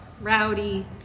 rowdy